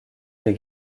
des